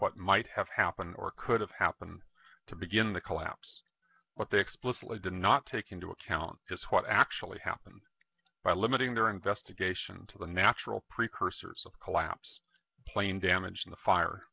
what might have happened or could have happened to begin the collapse what they explicitly did not take into account is what actually happened by limiting their investigation to the natural precursors of collapse plane damage in the fire